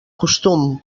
costum